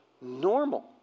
normal